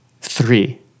three